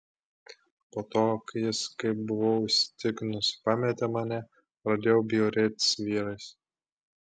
po to kai jis kaip buvau įsitikinusi pametė mane pradėjau bjaurėtis vyrais